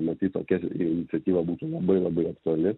matyt tokia iniciatyva būtų labai labai aktuali